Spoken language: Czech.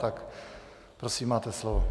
Tak prosím, máte slovo.